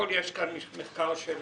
יש כאן מחקר של